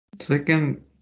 second